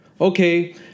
okay